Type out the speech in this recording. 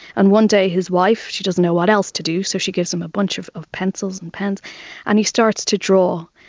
and one day his wife, she doesn't know what else to do so she gives him a bunch of of pencils and pens and he starts to draw.